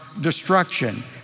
destruction